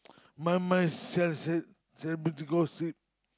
my myself said so happy to go sleep